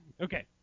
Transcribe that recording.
Okay